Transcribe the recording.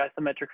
isometric